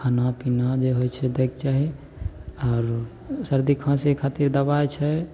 खानापीना जे होइ छै दैके चाही आओर सरदी खाँसी खातिर दवाइ छै